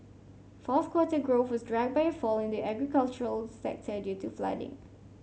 fourth quarter growth was dragged by a fall in the agricultural sector due to flooding